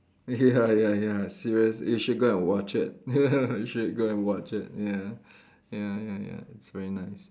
ya ya ya serious you should go and watch it you should go and watch it ya ya ya ya it's very nice